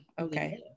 Okay